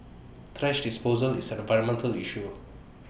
thrash disposal is an environmental issue